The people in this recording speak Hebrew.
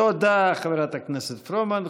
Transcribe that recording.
תודה, חברת הכנסת פרומן.